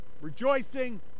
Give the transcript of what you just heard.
rejoicing